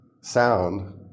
sound